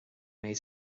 made